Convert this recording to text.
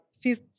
fifth